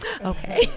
Okay